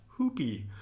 Hoopy